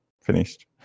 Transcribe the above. Finished